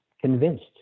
convinced